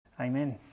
Amen